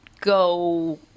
go